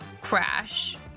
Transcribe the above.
crash